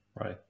Right